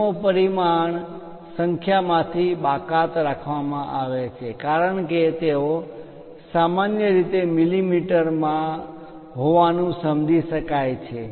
એકમો પરિમાણ સંખ્યા માંથી બાકાત કરવામાં આવે છે કારણ કે તેઓ સામાન્ય રીતે મિલિમીટર માં હોવાનું સમજી શકાય છે